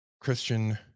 Christian